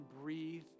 breathe